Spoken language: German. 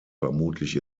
vermutlich